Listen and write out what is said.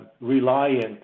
reliant